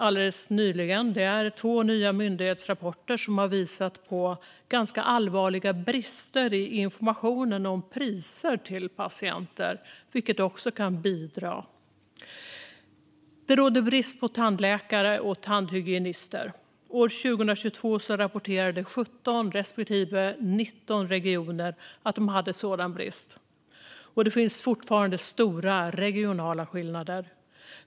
Alldeles nyligen har det kommit två nya myndighetsrapporter som visar på ganska allvarliga brister i informationen om priser till patienter, vilket också kan bidra. Det råder brist på tandläkare och tandhygienister. År 2022 rapporterade 17 respektive 19 regioner att de hade sådan brist. Det finns fortfarande stora regionala skillnader.